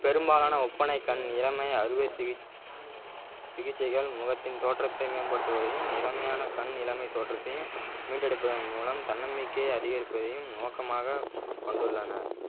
பெரும்பாலான ஒப்பனை கண் இளமை அறுவை சிகி சிகிச்சைகள் முகத்தின் தோற்றத்தை மேம்படுத்துவதையும் இளமையான கண் இளமை தோற்றத்தையும் மீட்டெடுப்பதன் மூலம் தன்னம்பிக்கை அதிகரிப்பதையும் நோக்கமாக கொண்டுள்ளன